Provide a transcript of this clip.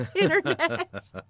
internet